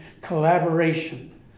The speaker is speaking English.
collaboration